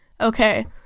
Okay